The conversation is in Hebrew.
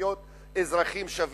להיות אזרחים שווים.